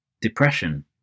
Depression